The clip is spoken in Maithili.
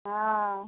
हँ